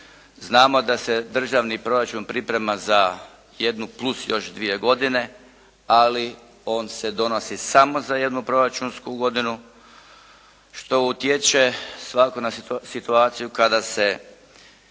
Znamo da se državni proračun priprema za jednu plus još dvije godine ali on se donosi samo za jednu proračunsku godinu što utječe svakako na situaciju kada se